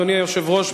אדוני היושב-ראש,